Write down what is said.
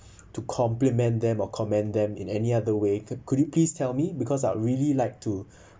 to compliment them or comment them in any other way could could you please tell me because I really like to